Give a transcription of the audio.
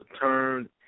turn